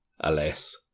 Alas